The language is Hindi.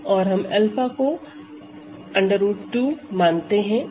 और हम 𝛂 को √2 मानते हैं